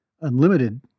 unlimited